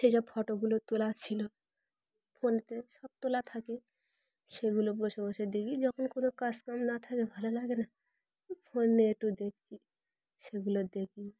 সেইসব ফটোগুলো তোলা ছিলো ফোনতে সব তোলা থাকে সেগুলো বসে বসে দেখি যখন কোনো কাজকাম না থাকে ভালো লাগে না ফোন নিয়ে একটু দেখছি সেগুলো দেখি